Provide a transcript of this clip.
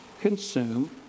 consume